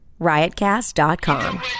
riotcast.com